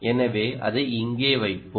எனவே அதை இங்கே வைப்போம்